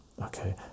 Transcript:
okay